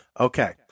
Okay